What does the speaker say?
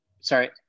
Sorry